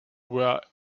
were